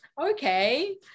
okay